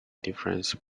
difference